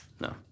No